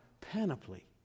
panoply